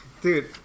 Dude